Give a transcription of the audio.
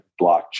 blockchain